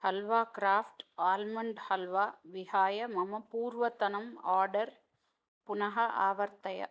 Alva Kraft almond halwa विहाय मम पूर्वतनम् आर्डर् पुनः आवर्तय